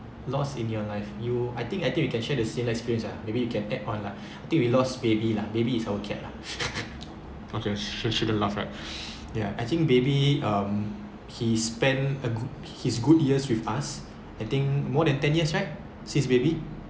lost in your life you I think I think we can share the similar experience lah maybe you can add on lah I think we lost baby lah baby is our cat lah okay sho~ shouldn't laugh right ya I think baby um he spent his good years with us I think more than ten years right since baby